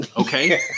okay